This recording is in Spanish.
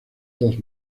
dos